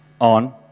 on